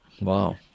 Wow